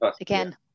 Again